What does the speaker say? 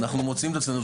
אנחנו מוצאים את עצמנו,